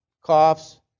coughs